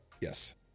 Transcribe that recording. Yes